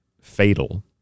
fatal